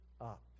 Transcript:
up